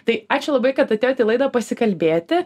tai ačiū labai kad atėjot į laidą pasikalbėti